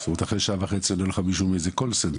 אחרי שעה וחצי עונה לך מישהו איזה מאיזה call center